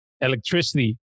Electricity